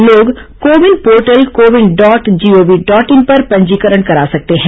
लोग CoWIN portal CoWIN dot gov dot in पर पंजीकरण करा सकते हैं